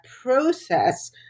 process